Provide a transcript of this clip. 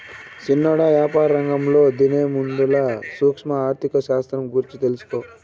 సిన్నోడా, యాపారరంగంలో దిగేముందల సూక్ష్మ ఆర్థిక శాస్త్రం గూర్చి తెలుసుకో